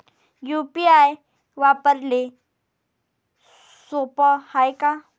UPI वापराले सोप हाय का?